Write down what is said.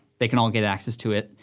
they can all get access to it,